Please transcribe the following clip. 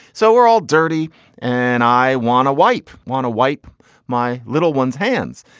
so we're all dirty and i want to wipe want to wipe my little one's hands.